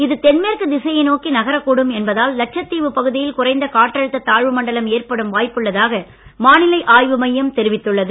இது தென்மேற்கு திசையை நோக்கி நகரக் கூடும் என்பதால் லட்சத்தீவு பகுதியில் குறைந்த காற்றழுத்த தாழ்வு மண்டலம் ஏற்படும் வாய்ப்புள்ளதாக வானிலை ஆய்வு மையம் தெரிவித்துள்ளது